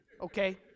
okay